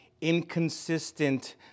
inconsistent